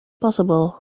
possible